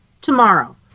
Tomorrow